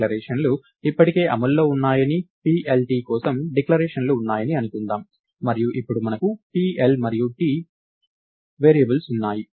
ఈ డిక్లరేషన్లు ఇప్పటికే అమల్లో ఉన్నాయని P L T కోసం డిక్లరేషన్లు ఉన్నాయని అనుకుందాం మరియు ఇప్పుడు మనకు P L మరియు T వేరియబుల్స్ ఉన్నాయి